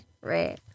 Right